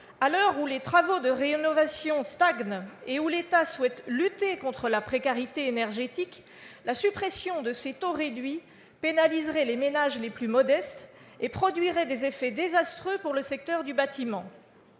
À l'heure où les travaux de rénovation stagnent et où l'État souhaite lutter contre la précarité énergétique, la suppression de ces taux réduits pénaliserait les ménages les plus modestes et produirait des effets désastreux pour le secteur du bâtiment.